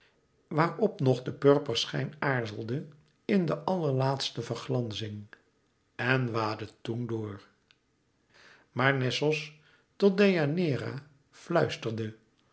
op nog de purperschijn aarzelde in de allerlaatste verglanzing en waadde toen door maar nessos tot deianeira fluisterde